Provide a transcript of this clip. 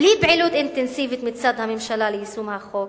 בלי פעילות אינטנסיבית מצד הממשלה ליישום החוק,